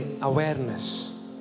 Awareness